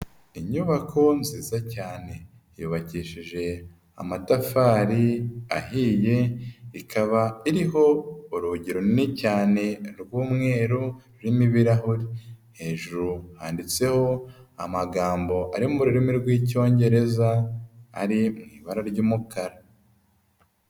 Inyubako nziza cyane yubakishije amatafari ahiye, ikaba iriho urugi runini cyane rw'umweru rurimo ibirahure, hejuru handitseho amagambo ari mu rurimi rw'Icyongereza ari mu ibara ry'umukara.